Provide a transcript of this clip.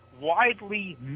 widely